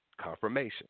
confirmation